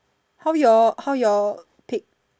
how your how your pick